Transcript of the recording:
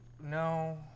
no